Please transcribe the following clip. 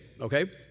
okay